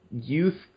youth